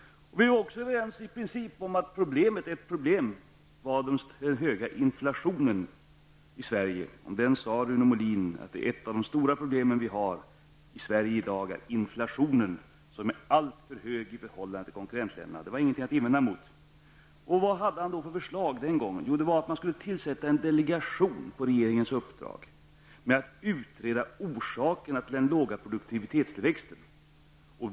Vi var också i princip överens om att problemet var den höga inflationen i Sverige. Rune Molin sade då att ett av Sveriges stora problem i dag är inflationen, som är alltför hög i förhållande till den i konkurrentländerna. Det var ingenting att invända emot. Vad hade han den gången för förslag? Jo, regeringen skulle tillsätta en delegation med uppdrag att utreda orsakerna till den låga produktivitetstillväxten.